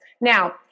Now